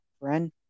friend